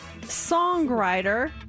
Songwriter